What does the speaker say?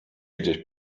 gdzieś